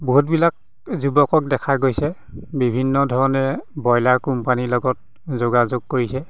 বহুতবিলাক যুৱকক দেখা গৈছে বিভিন্ন ধৰণে ব্ৰইলাৰ কোম্পানীৰ লগত যোগাযোগ কৰিছে